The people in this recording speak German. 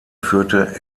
führte